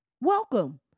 Welcome